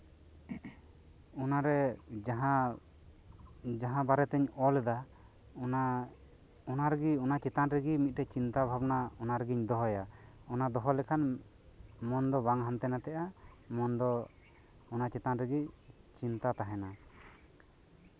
ᱚᱱᱟᱨᱮ ᱡᱟᱸᱦᱟ ᱡᱟᱸᱦᱟ ᱵᱟᱨᱮᱛᱤᱧ ᱚᱞ ᱮᱫᱟ ᱚᱱᱟ ᱨᱮᱜᱮ ᱚᱱᱟ ᱪᱮᱛᱟᱱ ᱨᱮᱜᱮ ᱢᱤᱫᱴᱮᱡ ᱪᱤᱱᱛᱟᱹ ᱵᱷᱟᱵᱱᱟ ᱚᱱᱟ ᱨᱮᱜᱤᱧ ᱫᱚᱦᱚᱭᱟ ᱚᱱᱟ ᱫᱚᱦᱚ ᱞᱮᱠᱷᱟᱱ ᱢᱚᱱ ᱫᱚ ᱵᱟᱝ ᱦᱟᱱᱛᱮ ᱱᱟᱛᱮᱜᱼᱟ ᱢᱚᱱ ᱫᱚ ᱚᱱᱟ ᱪᱮᱛᱟᱱ ᱨᱮᱜᱮ ᱪᱤᱱᱛᱟᱹ ᱛᱟᱦᱮᱸᱱᱟ